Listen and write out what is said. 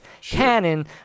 canon